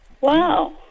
Wow